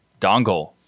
dongle